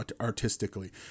artistically